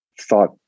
thought